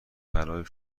برای